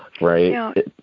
right